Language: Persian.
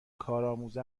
کارآموز